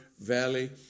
Valley